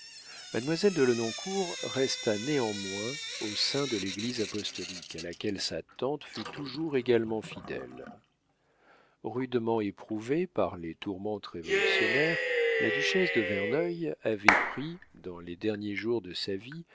mademoiselle de lenoncourt resta néanmoins au sein de l'église apostolique à laquelle sa tante fut toujours également fidèle rudement éprouvée par les tourmentes révolutionnaires la duchesse de verneuil avait pris dans les derniers jours de sa vie